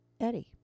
Eddie